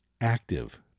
active